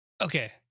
okay